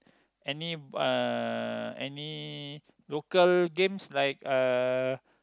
any uh any local games like uh